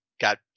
got